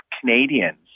Canadians